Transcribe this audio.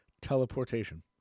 Teleportation